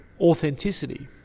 authenticity